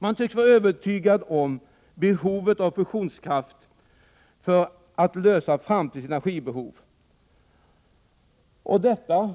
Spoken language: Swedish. Man tycks vara övertygad om behovet av fusionskraft för att lösa 10 december 1987 framtidens energibehov, och det skall